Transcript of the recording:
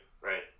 right